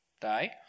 die